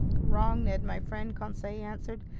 wrong, ned my friend, conseil answered,